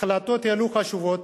החלטות אלו חשובות,